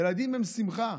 ילדים הם שמחה.